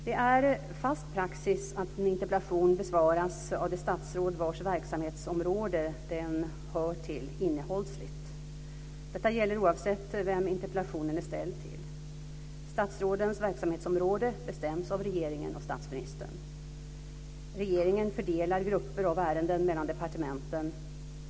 Det är fast praxis att en interpellation besvaras av det statsråd vars verksamhetsområde den hör till innehållsligt. Detta gäller oavsett vem interpellationen är ställd till. Statsrådens verksamhetsområde bestäms av regeringen och statsministern. Regeringen fördelar grupper av ärenden mellan departementen.